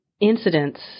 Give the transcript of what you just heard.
incidents